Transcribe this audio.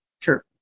Sure